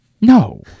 No